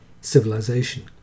civilization